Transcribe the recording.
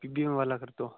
P B M वाला कर दो